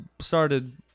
started